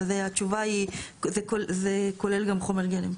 אבל התשובה היא זה כולל גם חומר גלם.